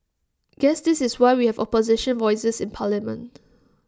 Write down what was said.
guess this is why we have opposition voices in parliament